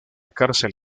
cárcel